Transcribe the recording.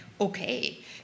okay